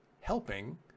helping